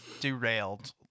derailed